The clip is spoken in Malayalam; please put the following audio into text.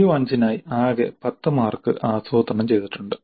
CO5 നായി ആകെ 10 മാർക്ക് ആസൂത്രണം ചെയ്തിട്ടുണ്ട്